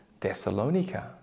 Thessalonica